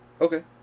Okay